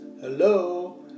Hello